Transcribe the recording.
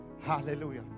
Hallelujah